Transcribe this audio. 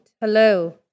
Hello